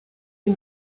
sie